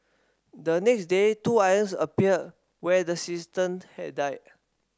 the next day two islands appeared where the sistant had died